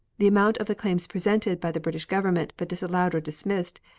the amount of the claims presented by the british government, but disallowed or dismissed,